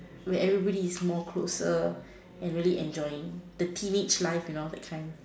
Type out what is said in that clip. where everybody is more closer and really enjoying the teenage like you know that kind